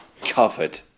covered